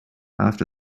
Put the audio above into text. after